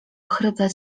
ochryple